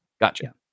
Gotcha